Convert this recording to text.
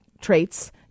traits